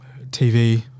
TV